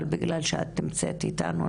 אבל בגלל שאת נמצאת איתנו,